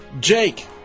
Jake